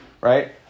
right